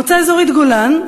מועצה אזורית גולן,